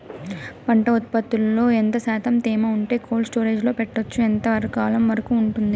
పంట ఉత్పత్తులలో ఎంత శాతం తేమ ఉంటే కోల్డ్ స్టోరేజ్ లో పెట్టొచ్చు? ఎంతకాలం వరకు ఉంటుంది